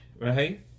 Right